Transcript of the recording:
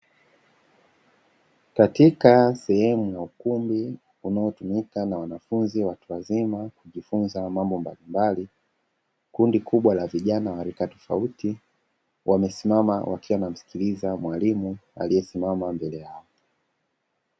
Katika sehemu ya ukumbi unaotumika na wanafunzi watu wazima kujifunza mambo mbalimbali, kundi kubwa la vijana wa rika tofauti wamesimama wakiwa wanamsikiliza mwalimu aliesimama mbele yao.